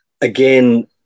again